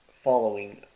following